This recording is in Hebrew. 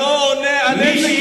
מי שהביא,